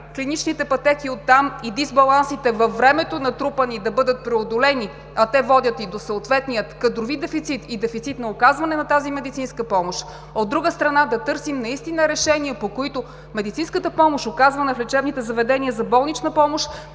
клиничните пътеки и оттам – и дисбалансите, натрупани във времето, да бъдат преодолени, а те водят и до съответния кадрови дефицит и дефицит на оказване на тази медицинска помощ; от друга страна, да търсим наистина решения, по които медицинската помощ, оказвана в лечебните заведения за болнична помощ,